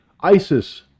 ISIS